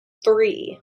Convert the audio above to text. three